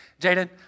Jaden